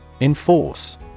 Enforce